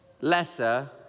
lesser